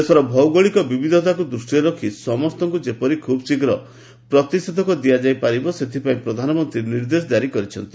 ଦେଶର ଭୌଗଳିକ ବିବିଧତାକୁ ଦୃଷ୍ଟିରେ ରଖି ସମସ୍ତଙ୍କୁ ଯେପରି ଖୁବ୍ ଶୀଘ୍ର ପ୍ରତିଷେଧକ ଦିଆଯାଇ ପାରିବ ସେଥିପାଇଁ ପ୍ରଧାନମନ୍ତ୍ରୀ ନିର୍ଦ୍ଦେଶ ଜାରି କରିଛନ୍ତି